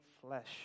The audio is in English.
flesh